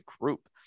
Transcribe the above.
group